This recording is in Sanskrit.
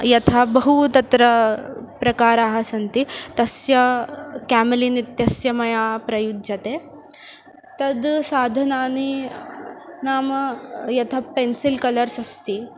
यथा बहु तत्र प्रकाराः सन्ति तस्य केमेलिन् इत्यस्य मया प्रयुज्यते तद् साधनानि नाम यथा पेन्सिल् कलर्स् अस्ति